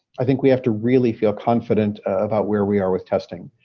i think we have to really feel confident about where we are with testing,